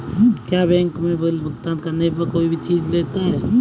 क्या बैंक हमसे बिल का भुगतान करने पर कोई चार्ज भी लेता है?